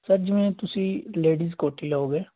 sir ਜਿਵੇਂ ਤੁਸੀਂ ladies ਕੋਟੀ ਲਓਗੇ